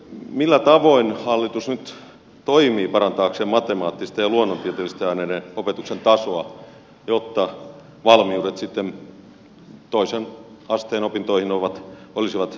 millä tavoin hallitus nyt toimii parantaakseen matemaattisten ja luonnontieteellisten aineiden opetuksen tasoa jotta valmiudet sitten toisen asteen opintoihin olisivat riittävät